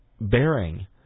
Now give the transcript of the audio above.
bearing